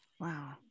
Wow